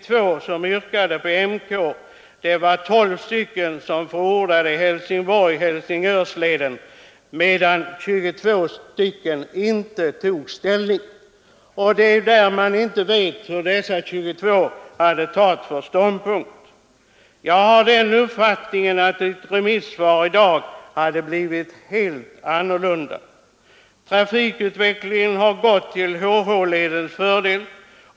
25 yrkade på KM-leden, medan 12 förordade HH-leden. 22 tog inte ställning. Man vet inte vilken ståndpunkt dessa 22 hade. Jag har den uppfattningen att resultatet av en remiss i dag hade blivit helt annorlunda. Trafikutvecklingen har helt gått till HH-ledens fördel.